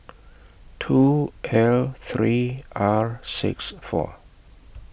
two L three R six four